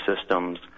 systems